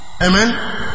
Amen